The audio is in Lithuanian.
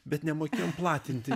bet nemokėjom platinti